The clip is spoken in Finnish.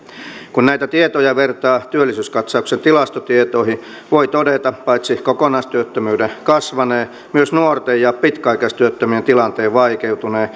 kun näitä tietoja vertaa työllisyyskatsauksen tilastotietoihin voi todeta paitsi kokonaistyöttömyyden kasvaneen myös nuorten ja pitkäaikaistyöttömien tilanteen vaikeutuneen